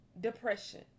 depression